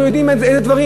אנחנו יודעים את הדברים.